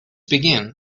begin